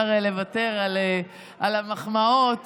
לחזור על מה שהיא אמרה לך או שאפשר לוותר על המחמאות